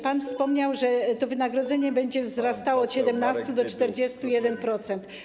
Pan wspomniał, że to wynagrodzenie będzie wzrastało od 17 do 41%.